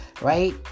Right